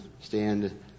stand